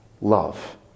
love